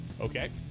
Okay